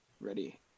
ready